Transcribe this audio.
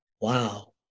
wow